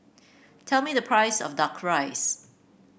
tell me the price of duck rice